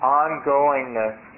ongoingness